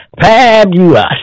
Fabulous